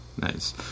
Nice